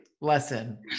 lesson